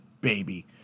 baby